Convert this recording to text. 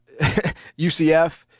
UCF